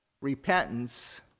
repentance